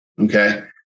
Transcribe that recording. Okay